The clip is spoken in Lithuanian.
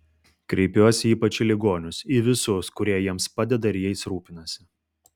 kreipiuosi ypač į ligonius į visus kurie jiems padeda ir jais rūpinasi